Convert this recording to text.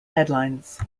headlines